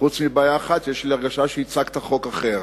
חוץ מבעיה אחת: יש לי הרגשה שהצגת חוק אחר.